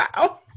Wow